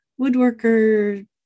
woodworker